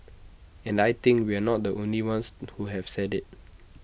and I think we're not the only ones who have said IT